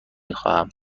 خواهم